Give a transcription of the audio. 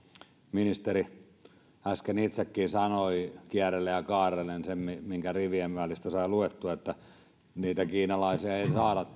ministeri äsken itsekin sanoi kierrellen ja kaarrellen sen minkä rivien välistä sai luettua että kiinalaisia ei saada